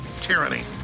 tyranny